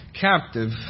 captive